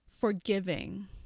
forgiving